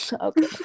Okay